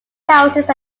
houses